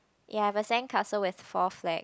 ya I have a sandcastle with four flag